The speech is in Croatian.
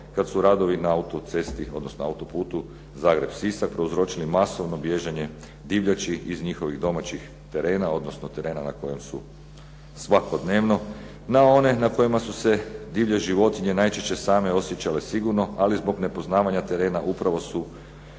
odnosno autoputu Zagreb-Sisak prouzročili masovno bježanje divljači iz njihovih domaćih terena, odnosno terena na kojem su svakodnevno, na one na kojima su se divlje životinje najčešće same osjećale sigurno, ali zbog nepoznavanja terena upravo su